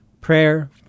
prayer